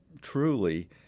truly